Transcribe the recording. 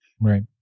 right